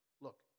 Look